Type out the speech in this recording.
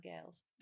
girls